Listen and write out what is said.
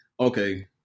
okay